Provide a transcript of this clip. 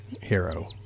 hero